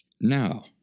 Now